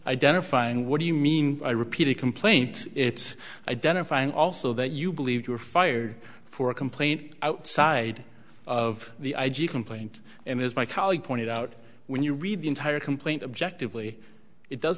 identifying what do you mean i repeated complaint it's identifying also that you believe you were fired for a complaint outside of the i g complaint and as my colleague pointed out when you read the entire complaint objective lee it does